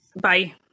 Bye